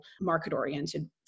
market-oriented